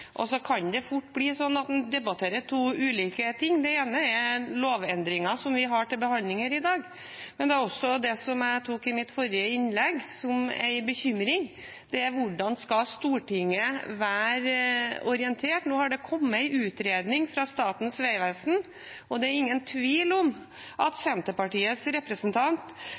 kan fort bli slik at man debatterer to ulike ting. Det ene er lovendringen som vi har til behandling her i dag, men det er også det som jeg nevnte som en bekymring i mitt forrige innlegg: Hvordan skal Stortinget bli orientert? Nå har det kommet en utredning fra Statens vegvesen, og det er ingen tvil om at Senterpartiets representant,